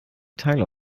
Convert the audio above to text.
teil